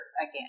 again